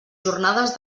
jornades